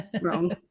wrong